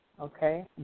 okay